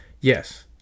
Yes